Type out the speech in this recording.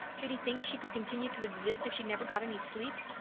did he think she could continue to exist if she never got any sleep?